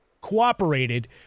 cooperated